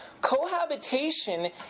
Cohabitation